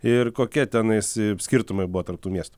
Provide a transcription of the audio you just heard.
ir kokie tenais skirtumai buvo tarp tų miestų